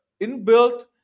inbuilt